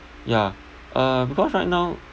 ya uh because right now